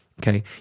Okay